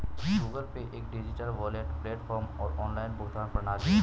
Google Pay एक digital wallet platform और online भुगतान प्रणाली है